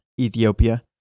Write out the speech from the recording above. Ethiopia